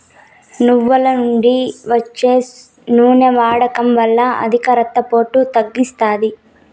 నువ్వుల నుండి వచ్చే నూనె వాడడం వల్ల అధిక రక్త పోటును తగ్గిస్తాది